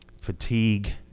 fatigue